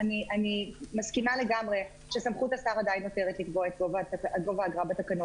אני מסכימה לגמרי שסמכות השר עדיין נותרת לקבוע את גובה האגרה בתקנות.